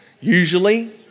Usually